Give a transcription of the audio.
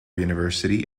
university